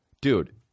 Dude